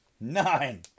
nine